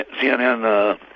CNN